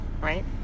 right